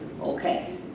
okay